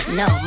no